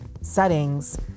settings